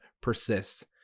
persists